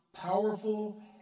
powerful